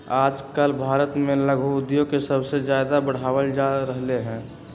आजकल भारत में लघु उद्योग के सबसे ज्यादा बढ़ावल जा रहले है